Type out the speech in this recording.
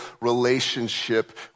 relationship